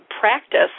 practice